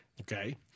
Okay